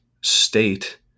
state